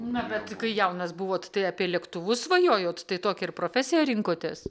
na bet kai jaunas buvot tai apie lėktuvus svajojot tai tokią ir profesiją rinkotės